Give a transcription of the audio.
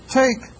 take